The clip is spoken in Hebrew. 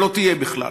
שלא תהיה בכלל.